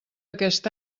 aquest